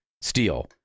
steel